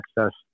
access